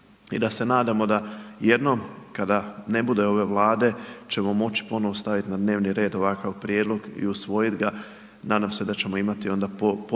I da se nadamo jednom kada ne bude ove Vlade ćemo moći ponovno staviti na dnevni red ovakav prijedlog i usvojiti ga, nadam se da ćemo imati onda potporu